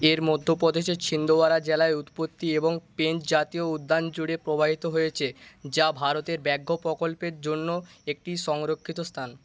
এর মধ্যপ্রদেশের ছিন্দওয়ারা জেলায় উৎপত্তি এবং পেঞ্চ জাতীয় উদ্যান জুড়ে প্রবাহিত হয়েছে যা ভারতের ব্যাঘ্র প্রকল্পের জন্য একটি সংরক্ষিত স্থান